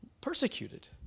persecuted